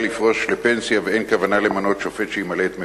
לפרוש לפנסיה ואין כוונה למנות שופט שימלא את מקומה.